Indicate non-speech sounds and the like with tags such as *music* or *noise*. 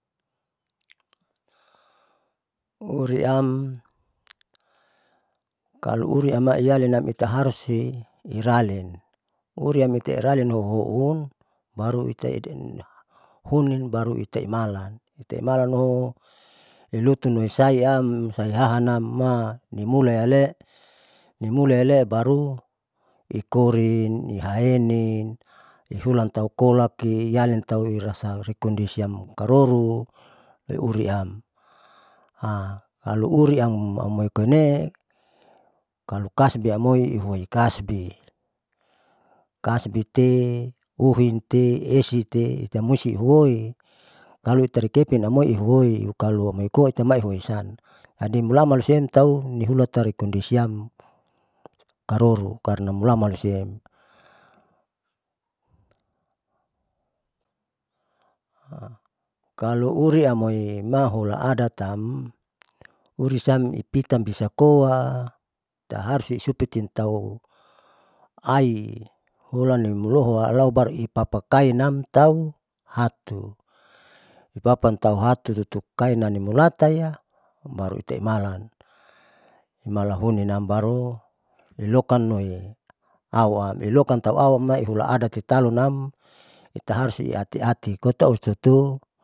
Uriam kalu uriama ialinam itaharus iralin uriamte iaralin hoihuun baru itaihunin batu itaimalan temalanho ilutun luisaiam hahanam ma nimulayale numulayale baru ikorin ihaenin, ihulan tau kolaki iyalin tau irasareki kondisiam aroru loiuriam, *hesitation* kalo uriam amai koine'e kalokasbi moi ihuoi kasbi kasbite uhinte esite itamosi uhoi kaloitarikepin ahumoi ihuoi ukalo imoikoa maihuoisan jadi mulaman loisiem nihulata rikondisisam karoru karna mulaman loisiem *hesitation* kalu uri amoima hula adat tam ipitan bisa koa itaharus supintitau aihulan limulohu alalu baru ipapakainam tau hatu ipapan tau hatu tutukain nimulataya baru nitutumalam, malahoninam baru ilokan noi auam ilokan tauaumaihula adat tetalunm.